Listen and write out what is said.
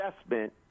assessment